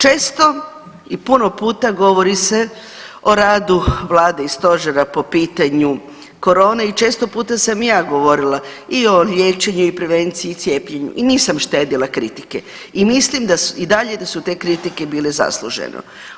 Često i puno puta govori se o radu vlade i stožera po pitanju korone i često puta sam i ja govorila i o liječenju i o prevenciji i cijepljenju i nisam štedila kritike i mislim i dalje da su te kritike bile zasluženo.